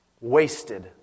wasted